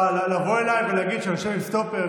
לבוא אליי ולהגיד שאני יושב עם סטופר,